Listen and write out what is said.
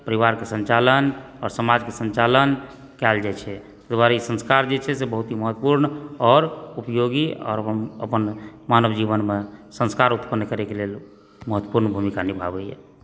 परिवारके सञ्चालन आ समाजके सञ्चालन कयल जाइ छै ताहि दुआरे ई संस्कार जे छै से बहुत ही महत्वपुर्ण आओर उपयोगी आओर अपन मानव जीवनमे संस्कार उत्पन्न करै के लेल महत्वपुर्ण भूमिका निभावे यऽ